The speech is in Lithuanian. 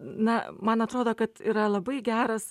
na man atrodo kad yra labai geras